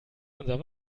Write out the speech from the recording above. unser